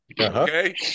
Okay